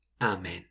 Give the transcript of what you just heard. Amen